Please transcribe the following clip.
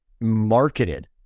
marketed